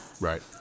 Right